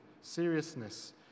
seriousness